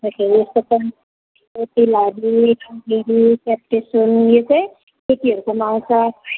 हजुर तिलहरी नौगेँडी चेप्टे सुन यो चाहिँ केटीहरूकोमा आउँछ है